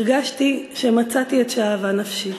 הרגשתי שמצאתי את שאהבה נפשי,